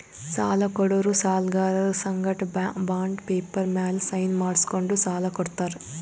ಸಾಲ ಕೊಡೋರು ಸಾಲ್ಗರರ್ ಸಂಗಟ ಬಾಂಡ್ ಪೇಪರ್ ಮ್ಯಾಲ್ ಸೈನ್ ಮಾಡ್ಸ್ಕೊಂಡು ಸಾಲ ಕೊಡ್ತಾರ್